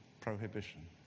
prohibition